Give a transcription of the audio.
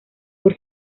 por